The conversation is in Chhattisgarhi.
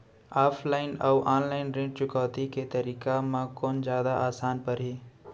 ऑफलाइन अऊ ऑनलाइन ऋण चुकौती के तरीका म कोन जादा आसान परही?